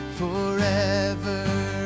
forever